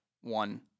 one